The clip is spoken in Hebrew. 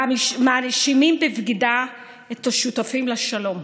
מאשימים בבגידה את השותפים לשלום.